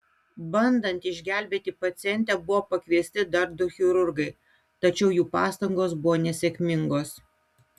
bandant išgelbėti pacientę buvo pakviesti dar du chirurgai tačiau jų pastangos buvo nesėkmingos